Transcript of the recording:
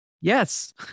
Yes